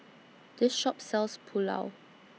This Shop sells Pulao